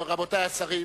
רבותי השרים,